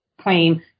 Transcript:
claim